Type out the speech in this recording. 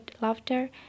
laughter